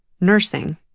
nursing